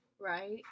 right